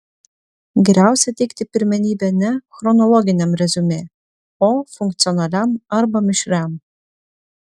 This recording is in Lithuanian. geriausia teikti pirmenybę ne chronologiniam reziumė o funkcionaliam arba mišriam